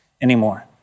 anymore